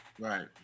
Right